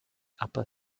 upper